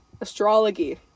Astrology